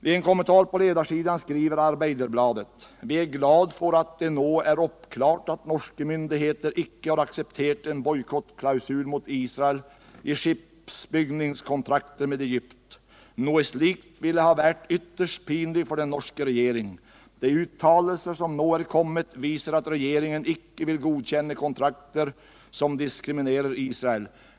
I en kommentar på ledarsidan skriver Arbeiderbladet: ”Vi er glad for at det nå er oppklart at norske myndigheter ikke har akseptert en boikottklausul mot Israel i skipsbyggningskontrakter med Egypt. Noe slikt ville ha vert ytterst pinlig for den norske regjering. De uttalelser som nå er kommet, viser at regjeringen ikke vill godkjenne kontrakter som diskriminerer Israel.